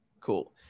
cool